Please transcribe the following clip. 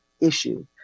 issue